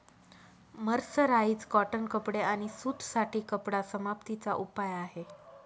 mercerise cotton कपडे आणि सूत साठी कपडा समाप्ती चा उपाय आहे